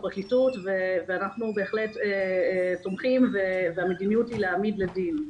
הפרקליטות ואנחנו בהחלט תומכים והמדיניות היא להעמיד לדין.